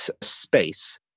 space